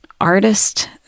artist